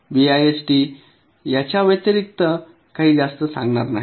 BIST याच्या व्यतिरिक्त जास्त काही सांगणार नाही